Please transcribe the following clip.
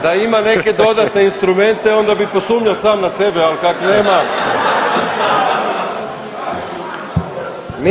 Da ima neke dodatne instrumente, onda bih posumnjao sam na sebe, ali kak nema.